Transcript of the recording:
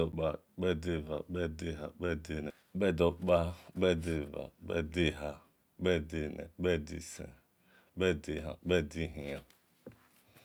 Dokpa, kpe deva, kpede-eha, kpede ene kpedisen kpede ehan kpede ihino